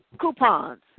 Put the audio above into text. coupons